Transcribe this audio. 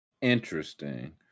Interesting